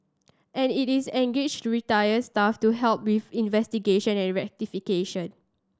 and it is engaged retired staff to help with investigation and rectification